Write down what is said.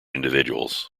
individuals